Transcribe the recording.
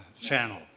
channel